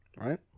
right